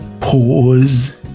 pause